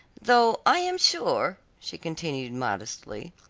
though i am sure, she continued modestly,